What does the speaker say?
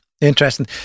Interesting